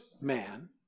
man